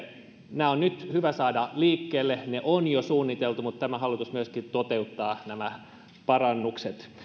nämä on nyt hyvä saada liikkeelle ne on jo suunniteltu mutta tämä hallitus myöskin toteuttaa nämä parannukset